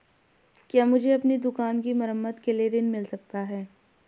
क्या मुझे अपनी दुकान की मरम्मत के लिए ऋण मिल सकता है?